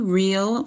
real